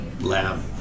lab